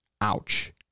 Ouch